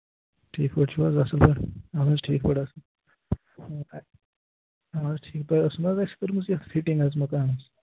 ٹھیٖک پٲٹھۍ چھِو حظ اَصٕل پٲٹھۍ اَہَن حظ ٹھیٖک پٲٹھۍ حظ نہَ حظ ٹھیٖک تۅہہِ ٲسوٕ نہَ حظ کٔرمٕژ یتھ فِٹِنٛگ حظ مَکانَس